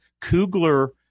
Kugler